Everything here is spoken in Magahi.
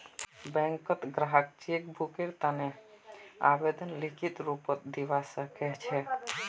बैंकत ग्राहक चेक बुकेर तने आवेदन लिखित रूपत दिवा सकछे